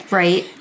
right